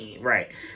Right